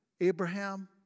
Abraham